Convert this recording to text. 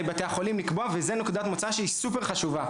בתי החולים לקבוע וזו נקודת מוצא שהיא סופר חשובה,